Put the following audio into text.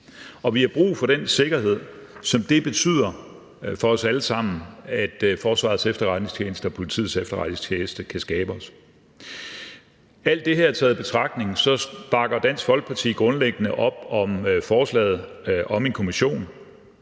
vi har brug for den sikkerhed, som det har betydning for os alle sammen at Forsvarets Efterretningstjeneste og Politiets Efterretningstjeneste kan skabe os. Alt det her taget i betragtning bakker Dansk Folkeparti grundlæggende op om forslaget om en kommission.